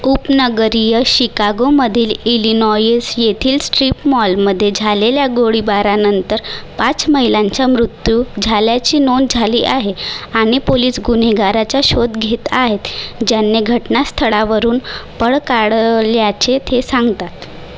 उपनगरीय शिकागोमधील इलिनॉयीस येथील स्ट्रिप मॉलमध्ये झालेल्या गोळीबारानंतर पाच महिलांचा मृत्यू झाल्याची नोंद झाली आहे आणि पोलिस गुन्हेगाराचा शोध घेत आहेत ज्याने घटनास्थळावरून पळ काढल्याचे ते सांगतात